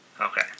Okay